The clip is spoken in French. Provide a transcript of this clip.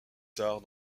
tard